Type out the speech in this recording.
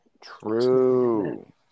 True